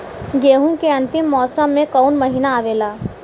गेहूँ के अंतिम मौसम में कऊन महिना आवेला?